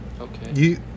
Okay